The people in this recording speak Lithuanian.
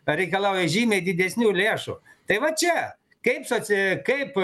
reikalauja žymiai didesnių lėšų tai va čia kaip socia kaip